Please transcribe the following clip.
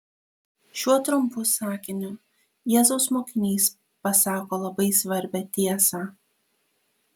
šiuo trumpu sakiniu jėzaus mokinys pasako labai svarbią tiesą